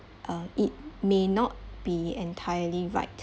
uh it may not be entirely right